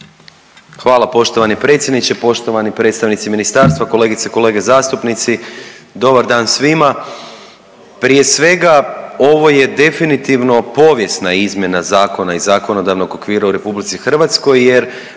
Hvala poštovani predsjedniče, poštovani predstavnici ministarstva, kolegice i kolege zastupnici, dobar dan svima. Prije svega ovo je definitivno povijesna izmjena zakona i zakonodavnog okvira u RH jer